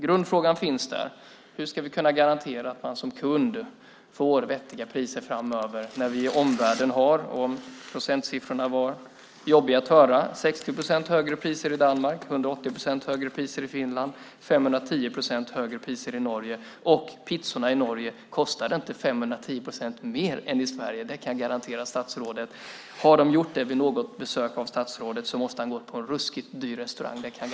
Grundfrågan finns där: Hur ska vi kunna garantera att man som kund får vettiga priser framöver när vi i omvärlden - även om procentsiffrorna var jobbiga att höra - kan se att det är 60 procent högre priser i Danmark, 180 procent högre priser i Finland och 510 procent högre priser i Norge? Och pizzorna i Norge kostade inte 510 procent mer än i Sverige. Det kan jag garantera statsrådet. Har de gjort det vid något av statsrådets besök måste han ha gått på en ruskigt dyr restaurang.